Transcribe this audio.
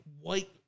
white